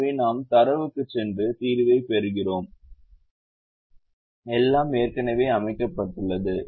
எனவே நாம் தரவுக்குச் சென்று தீர்வைப் பெறுகிறோம் எல்லாம் ஏற்கனவே அமைக்கப்பட்டுள்ளது